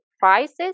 prices